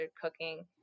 cooking